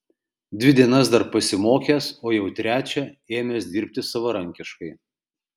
dvi dienas dar pasimokęs o jau trečią ėmęs dirbti savarankiškai